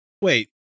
Wait